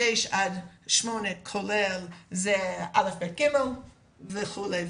6-8 כולל זה א'-ב'-ג' וכולי,